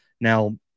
now